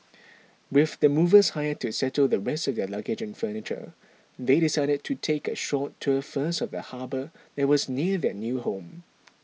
with the movers hired to settle the rest of their luggage and furniture they decided to take a short tour first of the harbour that was near their new home